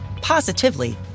positively